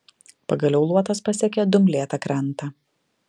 pagaliau luotas pasiekė dumblėtą krantą